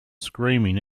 screaming